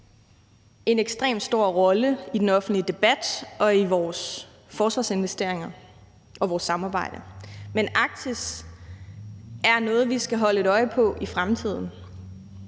en ekstremt stor rolle i den offentlige debat og i vores forsvarsinvesteringer og i vores samarbejde, men Arktis er noget, vi skal holde et øje på i fremtiden.